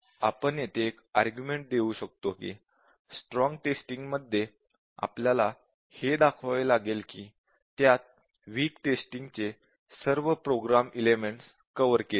आपण येथे एक आर्ग्युमेण्ट देऊ शकतो की स्ट्रॉंग टेस्टिंग मध्ये आपल्याला हे दाखवावे लागेल की त्यात वीक टेस्टिंग चे सर्व प्रोग्राम एलेमेंटस कव्हर केले आहेत